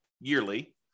yearly